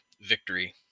victory